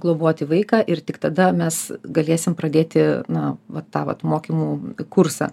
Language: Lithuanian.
globoti vaiką ir tik tada mes galėsim pradėti na va tą vat mokymų kursą